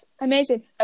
Amazing